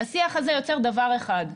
השיח הזה יוצר דבר אחד,